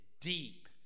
deep